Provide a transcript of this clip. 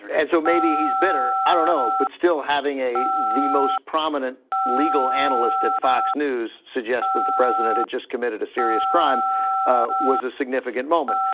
and so maybe he's bitter, i don't know. but still having a the most prominent legal analyst at fox news suggests that the president had just committed a serious crime was a significant moment.